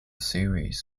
series